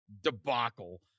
debacle